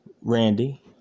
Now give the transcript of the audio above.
Randy